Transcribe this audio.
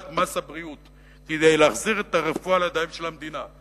מס הבריאות כדי להחזיר את הרפואה לידיים של המדינה.